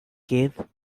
cave